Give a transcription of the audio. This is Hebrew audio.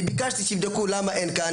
אני ביקשתי שיבדקו למה אין כאן